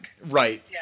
Right